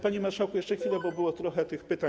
Panie marszałku, jeszcze chwilę, bo było trochę tych pytań.